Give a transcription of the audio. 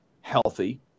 healthy